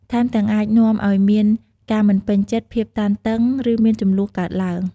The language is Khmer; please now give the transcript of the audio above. ថែមទាំងអាចនាំឱ្យមានការមិនពេញចិត្ត ភាពតានតឹង ឬមានជម្លោះកើតឡើង។